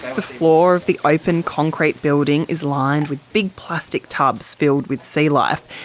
the floor of the open concrete building is lined with big plastic tubs filled with sea life,